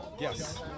Yes